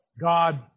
God